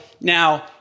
now